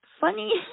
funny